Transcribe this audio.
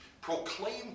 proclaimed